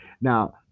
Now